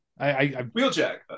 Wheeljack